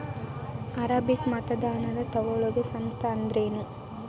ಆರಂಭಿಕ್ ಮತದಾನಾ ತಗೋಳೋ ಸಂಸ್ಥಾ ಅಂದ್ರೇನು?